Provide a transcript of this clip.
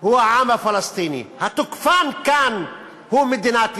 הוא העם הפלסטיני, התוקפן כאן הוא מדינת ישראל.